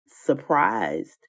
surprised